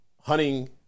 hunting